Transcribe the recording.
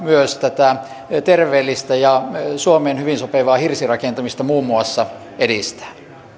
myös tätä terveellistä ja suomeen hyvin sopivaa hirsirakentamista muun muassa edistää